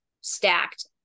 stacked